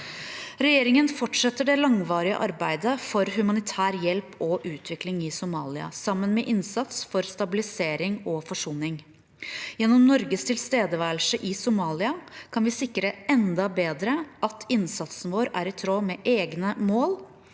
Regjeringen fortsetter det langvarige arbeidet for humanitær hjelp og utvikling i Somalia, sammen med innsats for stabilisering og forsoning. Gjennom Norges tilstedeværelse i Somalia kan vi sikre enda bedre at innsatsen vår er i tråd med våre egne mål